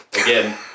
again